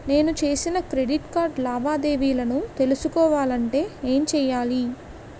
నేను చేసిన credit card లావాదేవీలను తెలుసుకోవాలంటే ఏం చేయాలి?